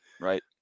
Right